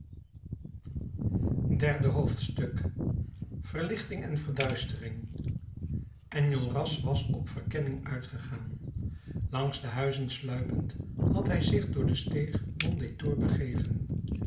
derde hoofdstuk verlichting en verduistering enjolras was op verkenning uitgegaan langs de huizen sluipend had hij zich door de steeg